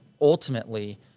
ultimately